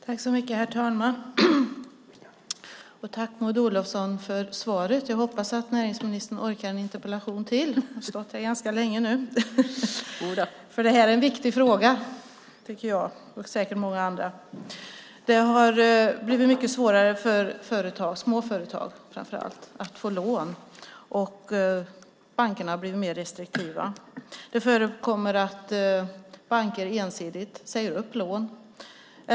Herr talman! Tack, Maud Olofsson, för svaret! Jag hoppas att näringsministern orkar med en interpellation till - hon har stått här ganska länge nu - för det här är en viktig fråga tycker jag och säkert många andra. Det har blivit mycket svårare för företag, framför allt små företag, att få lån. Bankerna har blivit mer restriktiva. Det förekommer att banker ensidigt säger upp lån.